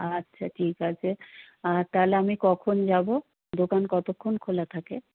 আচ্ছা ঠিক আছে তাহলে আমি কখন যাবো দোকান কতোক্ষণ খোলা থাকে